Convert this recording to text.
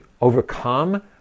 overcome